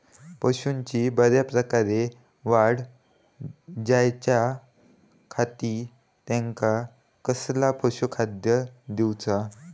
पशूंची बऱ्या प्रकारे वाढ जायच्या खाती त्यांका कसला पशुखाद्य दिऊचा?